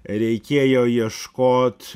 reikėjo ieškot